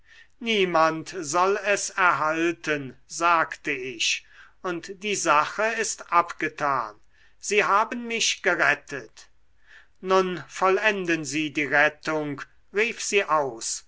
niemand soll es erhalten sagte ich und die sache ist abgetan sie haben mich gerettet nun vollenden sie die rettung rief sie aus